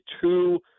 two